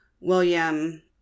William